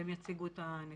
והם יציגו את הנתונים.